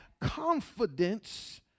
confidence